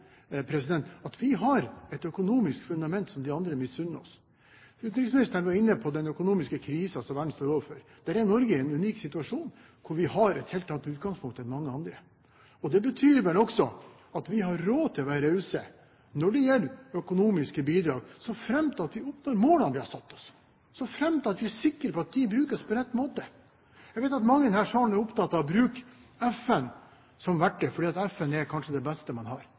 at vi har et økonomisk fundament som andre misunner oss. Utenriksministeren var inne på den økonomiske krisen som verden står overfor. Der er Norge i en unik situasjon; vi har et helt annet utgangspunkt enn mange andre. Det betyr vel også at vi har råd til å være rause når det gjelder økonomiske bidrag, såfremt vi oppnår målene vi har satt oss, og såfremt at vi er sikre på at de brukes på rett måte. Jeg vet at mange i denne salen er opptatt av å bruke FN som verktøy, fordi FN kanskje er det beste man har.